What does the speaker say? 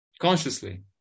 consciously